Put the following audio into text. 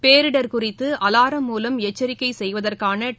பேரிடர் குறித்து அலாரம் மூலம் எச்சரிக்கை செய்வதற்கான டி